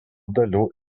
dalių